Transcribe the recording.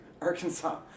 Arkansas